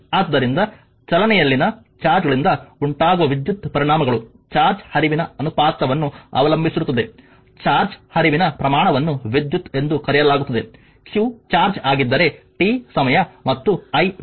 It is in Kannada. ಆದ್ದರಿಂದ ಚಲನೆಯಲ್ಲಿನ ಚಾರ್ಜ್ನಗಳಿಂದ ಉಂಟಾಗುವ ವಿದ್ಯುತ್ ಪರಿಣಾಮಗಳು ಚಾರ್ಜ್ ಹರಿವಿನ ಅನುಪಾತವನ್ನು ಅವಲಂಬಿಸಿರುತ್ತದೆ ಚಾರ್ಜ್ ಹರಿವಿನ ಪ್ರಮಾಣವನ್ನು ವಿದ್ಯುತ್ ಎಂದು ಕರೆಯಲಾಗುತ್ತದೆ q ಚಾರ್ಜ್ ಆಗಿದ್ದರೆ t ಸಮಯ ಮತ್ತು i ವಿದ್ಯುತ್